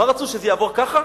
מה רצו, שזה יעבור ככה?